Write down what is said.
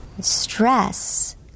Stress